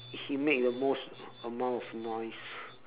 he make the most amount of noise